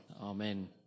Amen